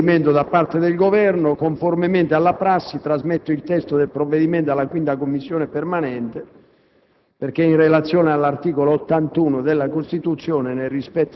dell'apposizione della questione di fiducia sul provvedimento da parte del Governo. Conformemente alla prassi, trasmetto il testo del provvedimento alla 5a Commissione permanente,